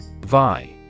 VI